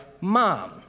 mom